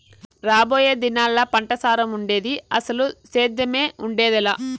రాబోయే దినాల్లా పంటసారం ఉండేది, అసలు సేద్దెమే ఉండేదెలా